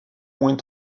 moins